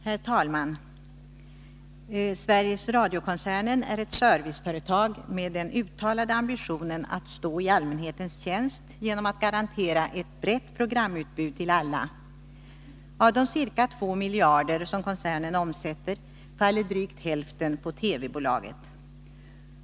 Herr talman! Sveriges Radio-koncernen är ett serviceföretag med den uttalade ambitionen att stå i allmänhetens tjänst genom att garantera ett brett programutbud till alla. Av de ca 2 miljarder kronor som koncernen omsätter faller drygt hälften på TV-bolaget.